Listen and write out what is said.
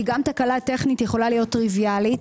כי גם תקלה טכנית יכולה להיות טריוויאלית.